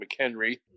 McHenry